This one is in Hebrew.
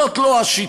זאת לא השיטה,